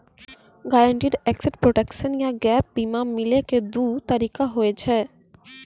guaranteed asset protection या gap बीमा मिलै के दु तरीका होय छै